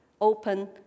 open